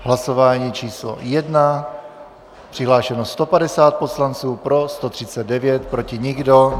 Hlasování číslo 1. Přihlášeno 150 poslanců, pro 139, proti nikdo.